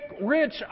rich